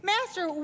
Master